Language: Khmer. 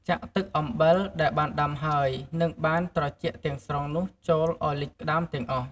ចាក់ទឹកអំបិលដែលបានដាំហើយ និងបានត្រជាក់ទាំងស្រុងនោះចូលឲ្យលិចក្ដាមទាំងអស់។